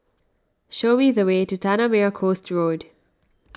show me the way to Tanah Merah Coast Road